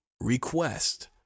request